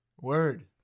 Word